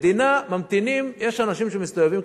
יש אנשים שמסתובבים,